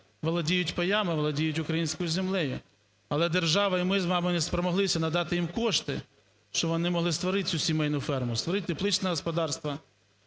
володіють паями, володіють українською землею. Але держава і ми з вами не спромоглися надати їм кошти, щоб вони могли створити цю сімейну ферму, створити тепличне господарство,